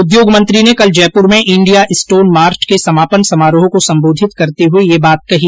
उद्योग मंत्री ने कल जयपुर में इंडिया स्टोन मार्ट के समापन समारोह को संबोधित करते हुए ये बात कही